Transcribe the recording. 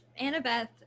annabeth